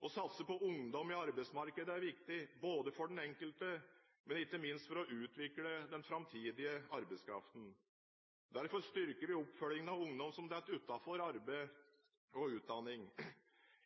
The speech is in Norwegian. Å satse på ungdom i arbeidsmarkedet er viktig – for den enkelte, men ikke minst for å utvikle den framtidige arbeidskraften. Derfor styrker vi oppfølgingen av ungdom som faller utenfor arbeid og utdanning.